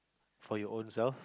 for your ownself